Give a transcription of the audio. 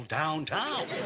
downtown